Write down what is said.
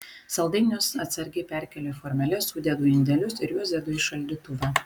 saldainius atsargiai perkeliu į formeles sudedu į indelius ir juos dedu į šaldytuvą